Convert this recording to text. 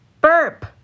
Burp